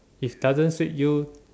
it does not suit you